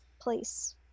place